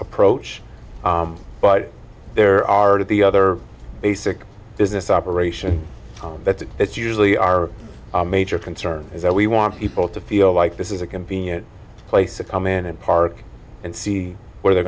approach but there are the other basic business operations that it usually are a major concern is that we want people to feel like this is a convenient place to come in and park and see where they're